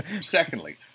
Secondly